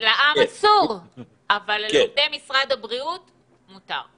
לעם אסור אבל לעובדי משרד הבריאות מותר.